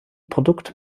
produkt